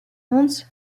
hans